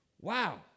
Wow